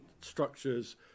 structures